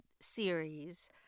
series